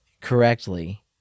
correctly